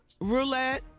roulette